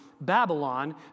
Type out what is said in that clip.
Babylon